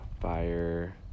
fire